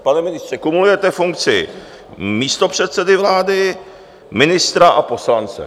Pane ministře... ... kumulujete funkci místopředsedy vlády, ministra a poslance.